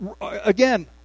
Again